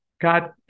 God